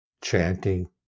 chanting